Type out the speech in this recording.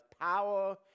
power